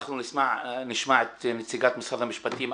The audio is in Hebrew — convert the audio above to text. אנחנו נשמע את נציגת משרד המשפטים.